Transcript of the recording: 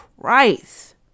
Christ